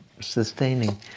sustaining